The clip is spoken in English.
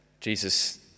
Jesus